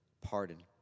pardon